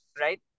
right